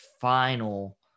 final